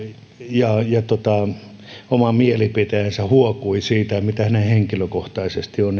ja ja oma mielipiteensä huokui sitä mitä hän henkilökohtaisesti on